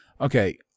Okay